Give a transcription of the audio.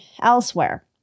elsewhere